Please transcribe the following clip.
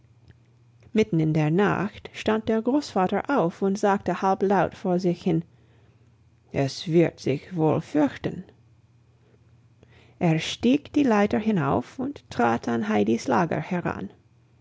mitten in der nacht stand der großvater auf und sagte halblaut vor sich hin es wird sich wohl fürchten er stieg die leiter hinauf und trat an heidis lager heran